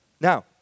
Now